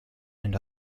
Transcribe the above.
and